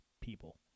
people